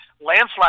landslide